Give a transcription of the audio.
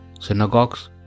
synagogues